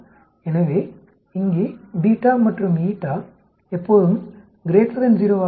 எனவே இங்கே மற்றும் எப்போதும் 0 ஆக இருக்கும்